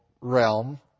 realm